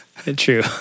True